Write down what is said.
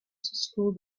school